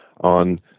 on